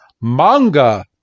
manga